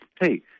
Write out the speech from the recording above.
hey